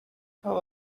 how